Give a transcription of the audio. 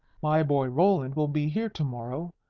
my boy roland will be here to-morrow.